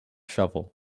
shovel